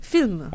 Film